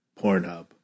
Pornhub